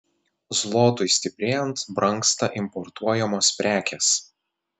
zlotui stiprėjant brangsta importuojamos prekės